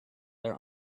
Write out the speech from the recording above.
their